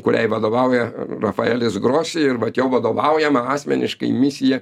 kuriai vadovauja rafaelis grosi ir vat jo vadovaujama asmeniškai misija